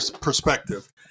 perspective